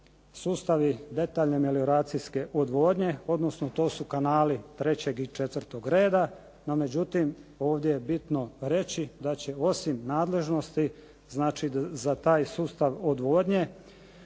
sustavi detaljne melioracijske odvodnje, odnosno to su kanali 3. i 4. reda, no međutim, ovdje je bitno reći da će osim nadležnosti znači za taj sustav odvodnje